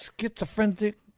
schizophrenic